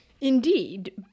Indeed